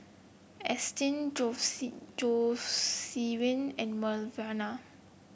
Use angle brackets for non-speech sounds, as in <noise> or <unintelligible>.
Astrid <unintelligible> Jocelyne and Melvina